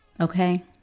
Okay